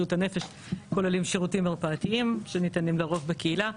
בריאות הנפש כוללים שירותים מרפאתיים שניתנים לרוב בקהילה,